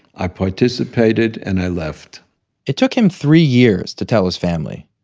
i participated, and i left it took him three years to tell his family.